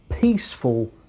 peaceful